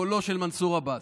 קולו של מנסור עבאס.